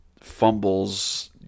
Fumbles